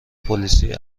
پلیسی